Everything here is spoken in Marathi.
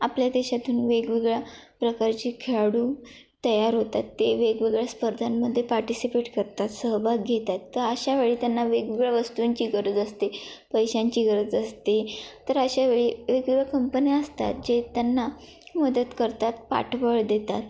आपल्या देशातून वेगवेगळ्या प्रकारचे खेळाडू तयार होतात ते वेगवेगळ्या स्पर्धांमध्ये पार्टिसिपेट करतात सहभाग घेतात तर अशावेळी त्यांना वेगवेगळ्या वस्तूंची गरज असते पैशांची गरज असते तर अशावेळी वेगवेगळ्या कंपन्या असतात जे त्यांना मदत करतात पाठबळ देतात